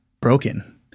broken